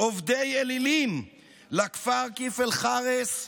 עובדי אלילים לכפר כיפל חארס,